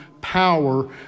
power